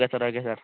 okay sir okay sir